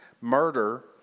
murder